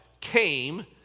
came